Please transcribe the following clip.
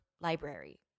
library